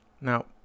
Now